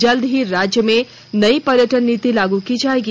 जल्द ही राज्य में नई पर्यटन नीति लागू की जायेगी